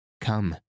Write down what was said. Come